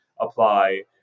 apply